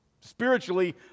Spiritually